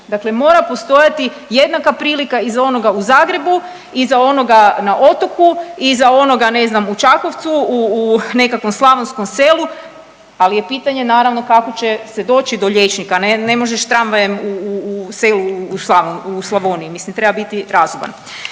dakle mora postojati jednaka prilika i za onoga u Zagrebu i za onoga na otoku i za onoga ne znam u Čakovcu u, u nekakvom slavonskom selu, al je pitanje naravno kako će se doći do liječnika, ne, ne možeš tramvajem u, u, u selu u Slavo…, u Slavoniji, mislim treba biti razuman.